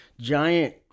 giant